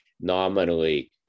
nominally